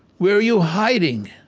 where are you hiding?